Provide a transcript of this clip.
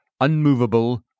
unmovable